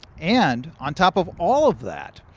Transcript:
and, on top of all of that,